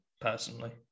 personally